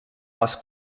les